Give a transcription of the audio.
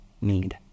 need